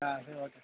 ஆ சரி okay sir